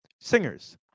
singers